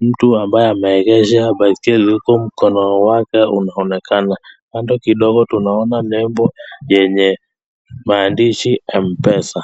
mtu ambaye ameegesha baiskeli huku mkono wake unaonekana. Kando kidogo tunaona "label "yenye maandishi "m pesa"